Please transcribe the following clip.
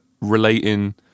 relating